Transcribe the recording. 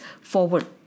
forward